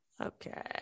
okay